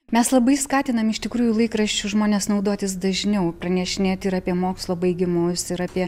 mes labai skatinam iš tikrųjų laikraščiu žmones naudotis dažniau pranešinėti ir apie mokslo baigimus jis yra apie